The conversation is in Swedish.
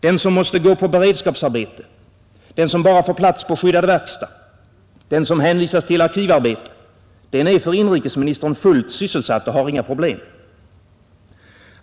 Den som måste gå på beredskapsarbete, den som bara får plats på skyddad verkstad, den som hänvisas till arkivarbete — den är för inrikesministern fullt sysselsatt och har inga problem.